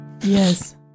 Yes